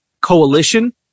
coalition